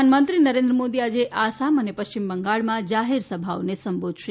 પ્રધાનમંત્રી નરેન્દ્ર મોદી આજે આસામ અને પશ્ચિમ બંગાળમાં જાહેર સભાઓને સંબોધશે